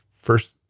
First